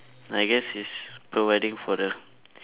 I guess it's providing for the